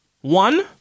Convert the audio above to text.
One